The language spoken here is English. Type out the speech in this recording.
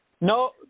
No